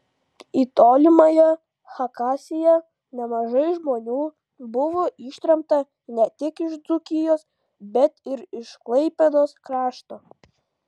į tolimąją chakasiją nemažai žmonių buvo ištremta ne tik iš dzūkijos bet ir iš klaipėdos krašto